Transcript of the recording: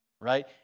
right